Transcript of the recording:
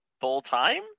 full-time